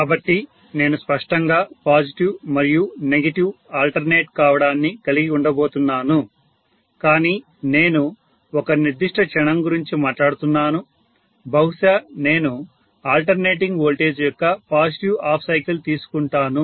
కాబట్టి నేను స్పష్టంగా పాజిటివ్ మరియు నెగిటివ్ ఆల్టర్నేట్ కావడాన్ని కలిగి ఉండబోతున్నాను కానీ నేను ఒక నిర్దిష్ట క్షణం గురించి మాట్లాడుతున్నాను బహుశా నేను ఆల్టర్నేటింగ్ వోల్టేజ్ యొక్క పాజిటివ్ హాఫ్ సైకిల్ తీసుకుంటాను